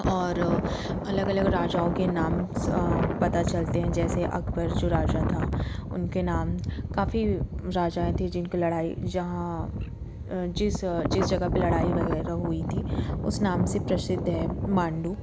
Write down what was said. और अलग अलग राजाओं के नाम पता चलते हैं जैसे अकबर जो राजा था उनके नाम काफ़ी राजा थे जिनके लड़ाई जहाँ जिस जिस जगह पे लड़ाई वगैरह हुई थी उस नाम से प्रसिद्ध है मांडू